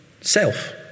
Self